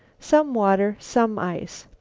some water, some ice.